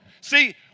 See